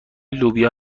لوبیا